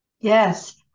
Yes